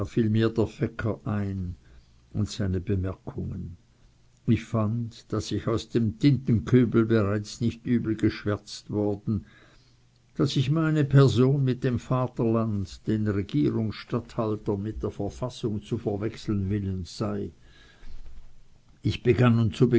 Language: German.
ein und seine bemerkungen ich fand daß ich aus dem tintenkübel bereits nicht übel geschwärzt worden daß ich meine person mit dem vaterland den regierungsstatthalter mit der verfassung zu verwechseln willens sei ich begann